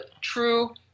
true